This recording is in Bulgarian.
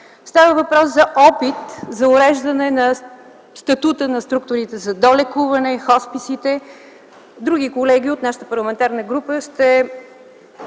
решения, опит за уреждане на статута на структурите за долекуване – хосписите. Други колеги от нашата парламентарна група ще